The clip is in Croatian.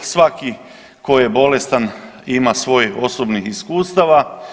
Svaki koji je bolestan ima svoj osobnih iskustava.